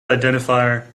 identifier